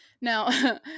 Now